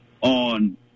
on